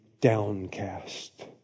downcast